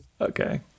Okay